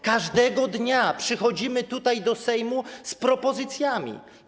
Każdego dnia przychodzimy do Sejmu z propozycjami.